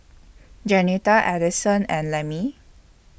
Jeanetta Addison and Lemmie